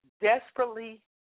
desperately